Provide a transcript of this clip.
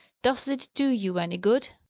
does it do you any good?